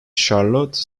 charlotte